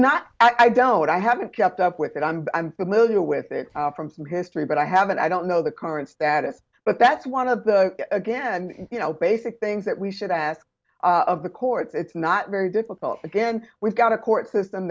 not i don't i haven't kept up with it on but i'm familiar with it from history but i haven't i don't know the current status but that's one of the again you know basic things that we should ask of the courts it's not very difficult again we've got a court system